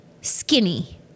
skinny